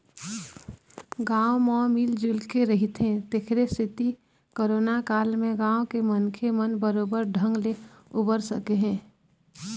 गाँव म मिल जुलके रहिथे तेखरे सेती करोना काल ले गाँव के मनखे मन बरोबर ढंग ले उबर सके हे